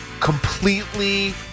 completely